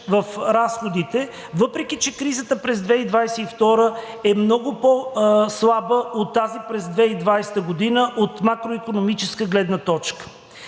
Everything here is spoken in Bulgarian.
в разходите, въпреки че кризата през 2022 г. е много по-слаба от тази през 2020 г. от макроикономическа гледна точка.